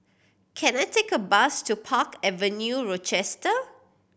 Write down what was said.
can I take a bus to Park Avenue Rochester